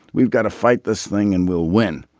we've got to fight this thing and we'll win.